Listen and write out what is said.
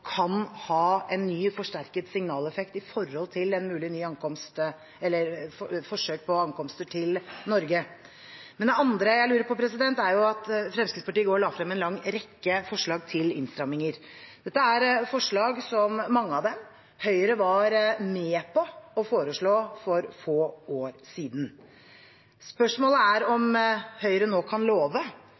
kan ha en ny og forsterket signaleffekt med hensyn til nye forsøk på ankomster til Norge. Det andre jeg lurer på, er: Fremskrittspartiet la i går frem en lang rekke forslag til innstramminger, og mange av dem er forslag som Høyre var med på å foreslå for få år siden. Spørsmålet er: Kan Høyre og regjeringen nå love